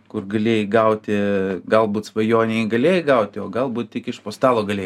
kur galėjai gauti galbūt svajonėj galėjai gauti o galbūt tik iš po stalo galėjai